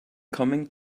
coming